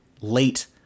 late